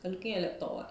I looking at laptop [what]